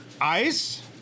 ice